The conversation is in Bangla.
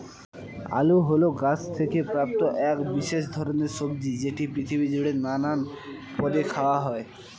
আলু হল গাছ থেকে প্রাপ্ত এক বিশেষ ধরণের সবজি যেটি পৃথিবী জুড়ে নানান পদে খাওয়া হয়